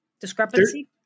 discrepancy